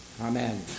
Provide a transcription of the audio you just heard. Amen